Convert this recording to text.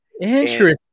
Interesting